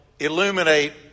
illuminate